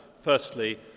Firstly